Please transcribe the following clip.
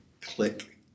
click